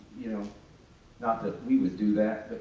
you know not that we would do that,